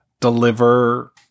deliver